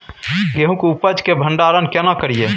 गेहूं के उपज के भंडारन केना करियै?